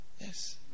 Yes